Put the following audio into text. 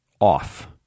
off